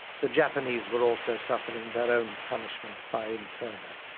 the japanese were also suffering their own punishment by inferno.